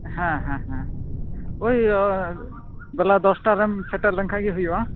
ᱦᱮᱸ ᱦᱮᱸ ᱦᱮᱸ ᱳᱭ ᱵᱮᱞᱟ ᱫᱚᱥᱴᱟᱨᱮᱢ ᱥᱮᱴᱮᱨ ᱞᱮᱱᱠᱷᱟ ᱜᱮ ᱦᱩᱭᱩᱜᱼᱟ